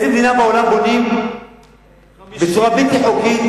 באיזו מדינה בעולם בונים בצורה בלתי חוקית